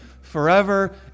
forever